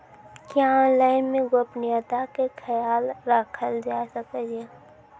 क्या ऑनलाइन मे गोपनियता के खयाल राखल जाय सकै ये?